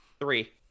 Three